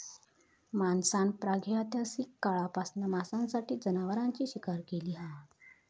माणसान प्रागैतिहासिक काळापासना मांसासाठी जनावरांची शिकार केली हा